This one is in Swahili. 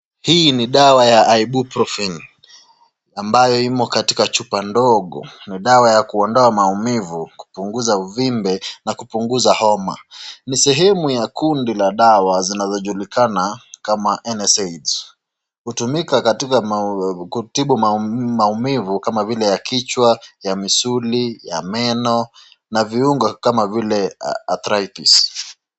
Hii ni dawa ya ibuprofen ambayo imo katika chupa ndogo. Ni dawa ya kuondoa maumivu, kupunguza uvimbe na kupunguza homa. Ni sehemu ya kundi la dawa zinazojulikana kama NSAIDs. Hutumika katika kutibu maumivu kama vile ya kichwa, ya misuli, ya meno, na viungo kama vile arthritis.